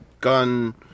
gun